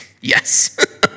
Yes